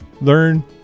learn